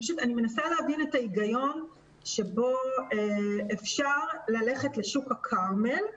אני מנסה להבין את ההיגיון בו אפשר ללכת לשוק הכרמל,